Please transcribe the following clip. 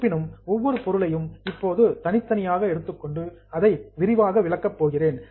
இருப்பினும் ஒவ்வொரு பொருளையும் இப்போது இன்டிவிஜுவல் தனித்தனியாக எடுத்துக் கொண்டு அதை விரிவாக விளக்கப் போகிறேன்